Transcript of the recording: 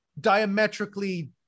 diametrically